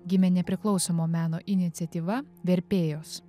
gimė nepriklausomo meno iniciatyva verpėjos